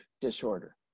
disorder